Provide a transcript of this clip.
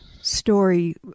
story